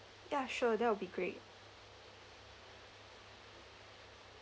ya sure that will be great